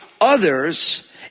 others